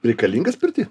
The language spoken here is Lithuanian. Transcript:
reikalingas pirty